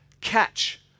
catch